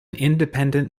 independent